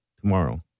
tomorrow